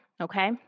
okay